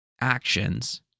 actions